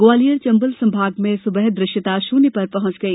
ग्वालियर चंबल संभाग में सुबह दृश्यता शून्य पर पहुंच गई